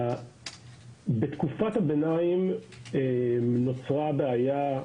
בתקופת הביניים נוצרה בעיה,